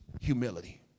humility